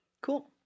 Cool